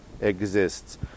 exists